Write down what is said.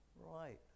Right